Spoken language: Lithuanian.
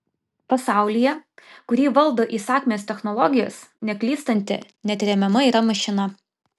pasaulyje kurį valdo įsakmios technologijos neklystanti neatremiama yra mašina